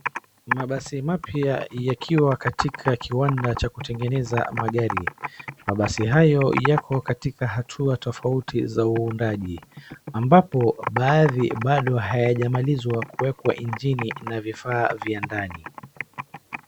Mabasi mapya yakiwa katika kiwanda cha kutengeneza magari. Mabasi hayo yako katika hatua tofauti za uundaji ambapo baadhi bado hayajamalizwa kuekwa injini na vifaa vya ndani.